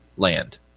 Land